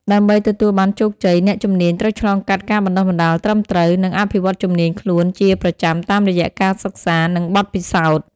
ដើម្បីទទួលបានជោគជ័យ អ្នកជំនាញត្រូវឆ្លងកាត់ការបណ្ដុះបណ្ដាលត្រឹមត្រូវ និងអភិវឌ្ឍជំនាញខ្លួនជាប្រចាំតាមរយៈការសិក្សានិងបទពិសោធន៍។